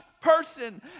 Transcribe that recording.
person